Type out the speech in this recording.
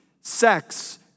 sex